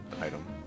item